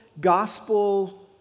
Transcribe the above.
gospel